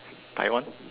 Taiwan